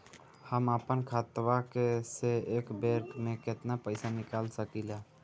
हम आपन खतवा से एक बेर मे केतना पईसा निकाल सकिला?